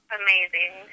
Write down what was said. amazing